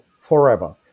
forever